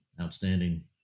outstanding